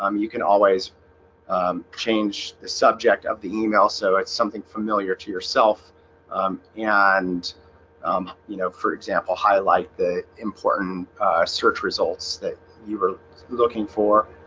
um you can always change the subject of the email. so it's something familiar to yourself and um you know, for example highlight the important search results that you were looking for